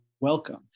Welcome